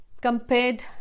compared